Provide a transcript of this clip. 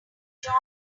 choir